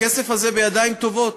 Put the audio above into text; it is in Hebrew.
הכסף הזה בידיים טובות.